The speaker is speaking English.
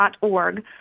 org